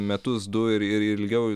metus du ir ir ilgiau